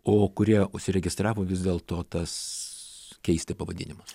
o kurie užsiregistravo vis dėlto tas keisti pavadinimus